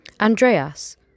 Andreas